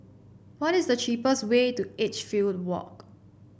what is the cheapest way to Edgefield Walk